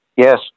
Yes